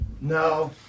No